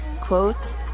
quotes